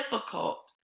difficult